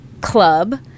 club